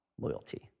loyalty